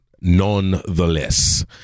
Nonetheless